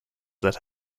that